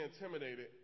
intimidated